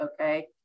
okay